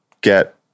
get